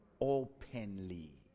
Openly